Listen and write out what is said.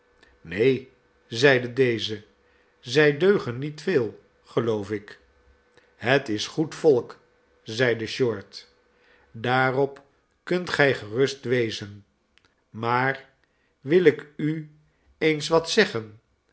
neen zeide deze zij deugen niet veel geloof ik het is goed volk zeide short daarop kunt gij gerust wezen maar wil ik u eens wat zeggen